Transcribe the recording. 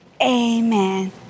amen